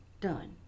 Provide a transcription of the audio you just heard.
done